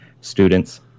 students